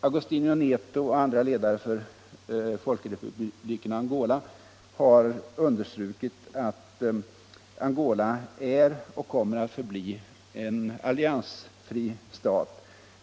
Agostinho Neto och andra ledare för Folkrepubliken Angola har understrukit att Angola är och kommer att förbli en alliansfri stat.